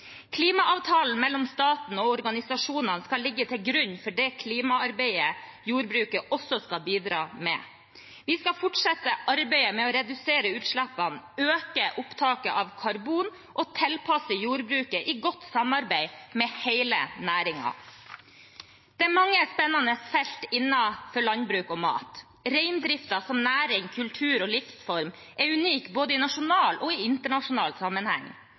Klimaavtalen mellom staten og organisasjonene skal ligge til grunn for det klimaarbeidet jordbruket også skal bidra med. Vi skal fortsette arbeidet med å redusere utslippene, øke opptaket av karbon og tilpasse jordbruket i godt samarbeid med hele næringen. Det er mange spennende felt innenfor landbruk og mat. Reindriften som næring, kultur og livsform er unik både i nasjonal og i internasjonal sammenheng.